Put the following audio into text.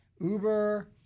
Uber